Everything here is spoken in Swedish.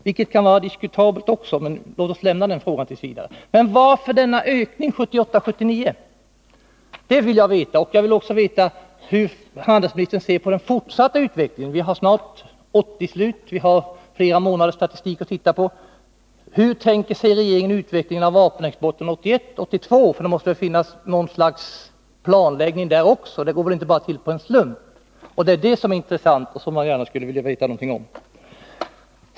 Även det kan vara diskutabelt, men låt oss t. v. lämna den frågan. Vad jag vill veta är varför det blev en sådan ökning 1978 82? Det måste väl finnas något slags planläggning också på det området? Man låter det väl inte gå på en slump. Det är vad som är intressant att få veta någonting om.